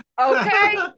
Okay